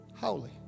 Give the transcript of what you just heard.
holy